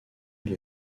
île